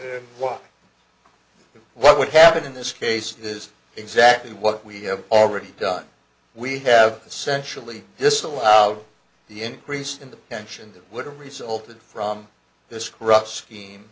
walk what would happen in this case is exactly what we have already done we have essentially disallowed the increase in the pension that would have resulted from this corrupt scheme